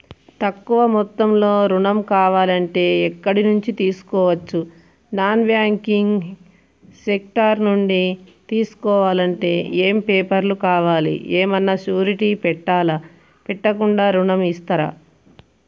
తక్కువ మొత్తంలో ఋణం కావాలి అంటే ఎక్కడి నుంచి తీసుకోవచ్చు? నాన్ బ్యాంకింగ్ సెక్టార్ నుంచి తీసుకోవాలంటే ఏమి పేపర్ లు కావాలి? ఏమన్నా షూరిటీ పెట్టాలా? పెట్టకుండా ఋణం ఇస్తరా?